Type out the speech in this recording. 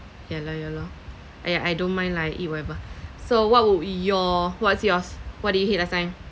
ya loh ya loh !aiya! I don't mind lah I eat whatever so what would your what's yours what did you hate last time